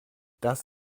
das